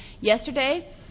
Yesterday